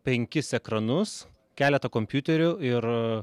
penkis ekranus keletą kompiuterių ir